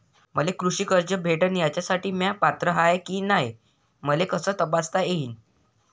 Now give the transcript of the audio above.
मले कृषी कर्ज भेटन यासाठी म्या पात्र हाय की नाय मले कस तपासता येईन?